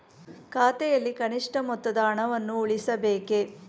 ಖಾತೆಯಲ್ಲಿ ಕನಿಷ್ಠ ಮೊತ್ತದ ಹಣವನ್ನು ಉಳಿಸಬೇಕೇ?